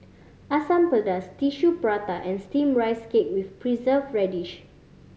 Asam Pedas Tissue Prata and Steamed Rice Cake with preserve radish